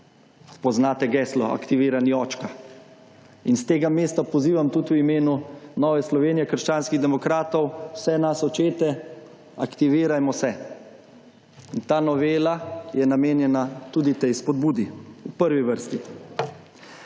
Poznate geslo aktivirani očka. In s tega mesta pozivam tudi v imenu Nove Slovenije, krščanskih demokratov, vse nas očete, aktivirajmo se. In ta novela je namenjena tudi tej spodbudi. V prvi vrsti.